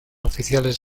oficiales